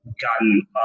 gotten